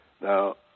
Now